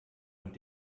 und